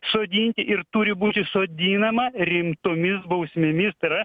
soditi ir turi būti sodinama rimtomis bausmėmis taira